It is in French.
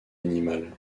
animale